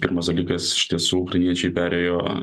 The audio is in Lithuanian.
pirmas dalykas iš tiesų ukrainiečiai perėjo